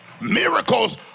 Miracles